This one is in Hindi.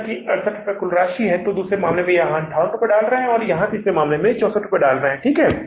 जैसा कि 68 की कुल राशि है तो दूसरे मामले में हम इसे 58 के रूप में डाल रहे हैं और तीसरे मामले में हम इसे 64 के रूप में डाल रहे हैं ठीक है